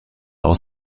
aus